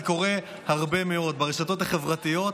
זה קורה הרבה מאוד ברשתות החברתיות.